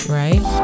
right